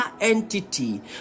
entity